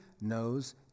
knows